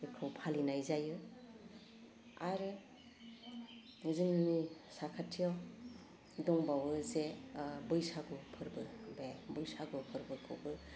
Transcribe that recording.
बेखौ फालिनाय जायो आरो जोंनि साखाथियाव दंबावो जे बैसागु फोरबो बे बैसागु फोरबोखौबो